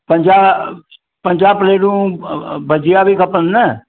पंजाहु पंजाहु प्लेटूं भजिया बि खपनि न